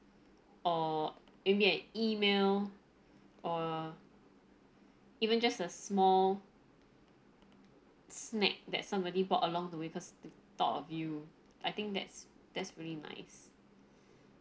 or maybe an email or even just a small snack that somebody bought along the way because thought of you I think that's that's really nice